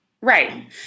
Right